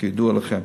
כידוע לכם.